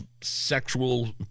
sexual